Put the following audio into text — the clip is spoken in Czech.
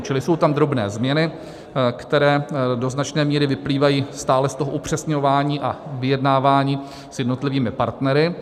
Čili jsou tam drobné změny, které do značné míry vyplývají stále z toho upřesňování a vyjednávání s jednotlivými partnery.